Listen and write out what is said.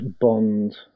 Bond